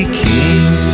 king